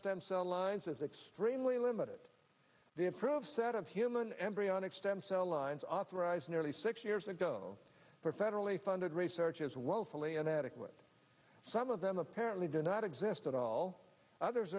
cell lines is extremely limited the improve set of human embryonic stem cell lines authorized nearly six years ago for federally funded research is woefully inadequate some of them apparently do not exist at all others